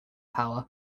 power